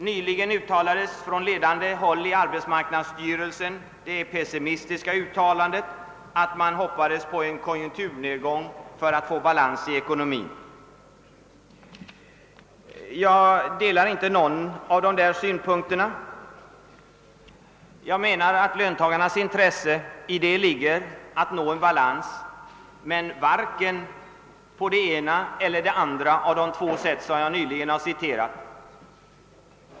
Nyligen gjordes från ledande håll i arbetsmarkaadsstyrelsen det pessimistiska uttalanlet att man hoppades på en konjunkturnedgång för att få balans i ekonomin. Jag delar inte någon av de synpunkter som framförts från arbetsmarknadsstyrelsens sida. Jag menar att löntagarnas intresse ligger i att nå en balans men varken på det ena eller andra av de två sätt som jag har återgivit.